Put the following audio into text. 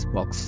Box